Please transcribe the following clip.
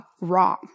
wrong